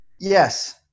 Yes